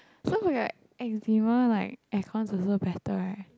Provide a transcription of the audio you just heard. so if you got like Eczema like air-con also better right